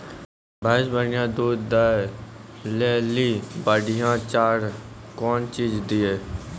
भैंस बढ़िया दूध दऽ ले ली बढ़िया चार कौन चीज दिए?